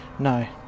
No